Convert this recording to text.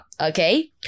okay